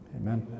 Amen